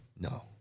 No